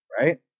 right